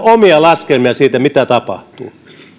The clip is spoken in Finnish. omia laskelmia siitä mitä tapahtuu